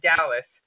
Dallas